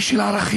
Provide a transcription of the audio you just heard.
איש של ערכים,